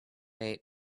eight